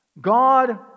God